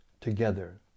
together